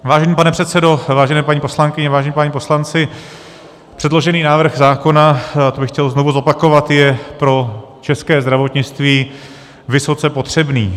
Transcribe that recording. Vážený pane předsedo, vážené paní poslankyně, vážení páni poslanci, předložený návrh zákona, to bych chtěl znovu zopakovat, je pro české zdravotnictví vysoce potřebný.